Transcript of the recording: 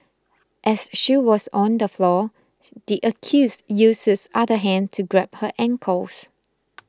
as she was on the floor the accused used his other hand to grab her ankles